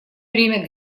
время